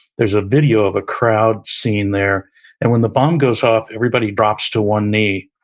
there's a video of a crowd scene there and when the bomb goes off, everybody drops to one knee.